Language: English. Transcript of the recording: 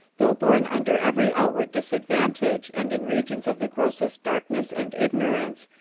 though born under every outward disadvantage, and in regions of the grossest darkness and ignorance,